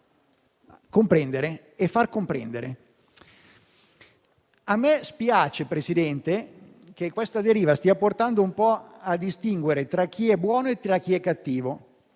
comprendere e far comprendere. Mi spiace, signor Presidente, che questa deriva stia portando un po' a distinguere tra chi è buono e chi è cattivo.